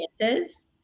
chances